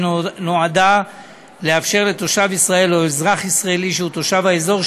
שנועדה לאפשר לתושב ישראל או אזרח ישראלי שהוא תושב האזור,